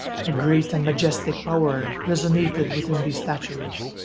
a great and majestic power resonated within these statues,